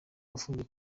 afungiwe